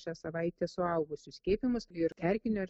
šią savaitę suaugusių skiepijimas ir erkinio